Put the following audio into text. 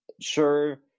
sure